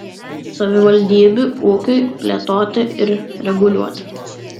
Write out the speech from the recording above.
savivaldybių ūkiui plėtoti ir reguliuoti